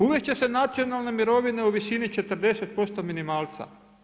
Uvest će se nacionalne mirovine u visini 40% minimalca.